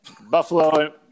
Buffalo